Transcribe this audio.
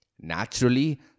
naturally